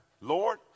Lord